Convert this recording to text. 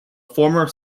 former